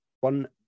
one